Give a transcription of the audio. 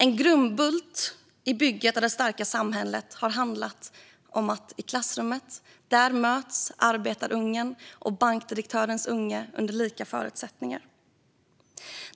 En grundbult i bygget av det starka samhället har handlat om att i klassrummet möts arbetarungen och bankdirektörens unge under lika förutsättningar.